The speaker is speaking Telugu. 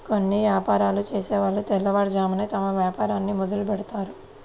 కొన్ని యాపారాలు చేసేవాళ్ళు తెల్లవారుజామునే తమ వ్యాపారాన్ని మొదలుబెడ్తారు